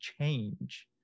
change